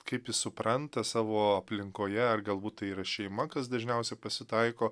kaip jis supranta savo aplinkoje ar galbūt tai yra šeima kas dažniausia pasitaiko